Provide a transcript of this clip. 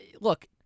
look